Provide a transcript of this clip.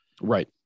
Right